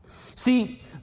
See